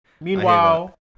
Meanwhile